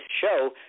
show